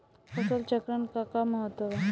फसल चक्रण क का महत्त्व बा?